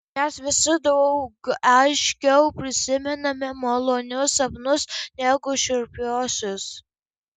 mes visi daug aiškiau prisimename malonius sapnus negu šiurpiuosius